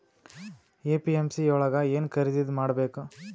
APMC ಯೊಳಗ ಏನ್ ಖರೀದಿದ ಮಾಡ್ಬೇಕು?